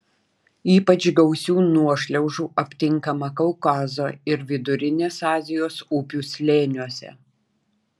ypač gausių nuošliaužų aptinkama kaukazo ir vidurinės azijos upių slėniuose